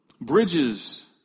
bridges